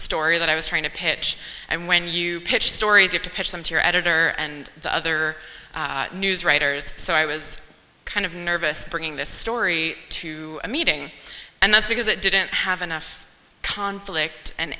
story that i was trying to pitch and when you pitch stories or to pitch them to your editor and the other news writers so i was kind of nervous bringing this story to a meeting and that's because it didn't have enough conflict an